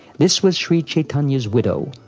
this was shri chaitanya's widow,